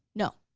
no.